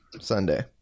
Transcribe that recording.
Sunday